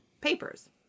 papers